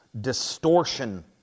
distortion